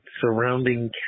surrounding